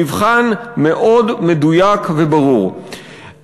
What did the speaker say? מבחן מאוד מדויק וברור.